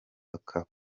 akaba